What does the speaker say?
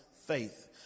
faith